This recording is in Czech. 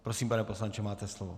Prosím, pane poslanče, máte slovo.